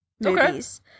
movies